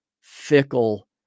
fickle